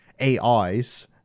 AIs